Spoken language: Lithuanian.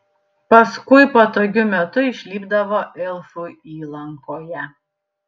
paskui patogiu metu išlipdavo elfų įlankoje